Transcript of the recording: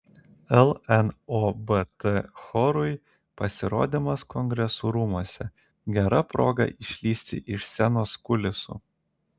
lnobt chorui pasirodymas kongresų rūmuose gera proga išlįsti iš scenos kulisų